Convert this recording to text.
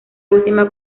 última